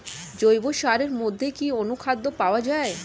জৈব সারের মধ্যে কি অনুখাদ্য পাওয়া যায়?